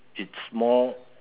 it's more